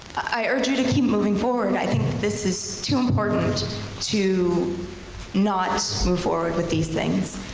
i urge you to keep moving forward. and i think this is too important to not move forward with these things,